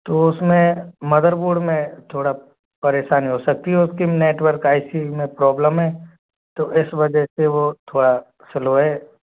तो उसमें मदरबोर्ड में थोड़ा परेशानी हो सकती है उसकी नेटवर्क आई सी यू में प्रॉब्लम है तो इस वजह से वो थोड़ा सलो है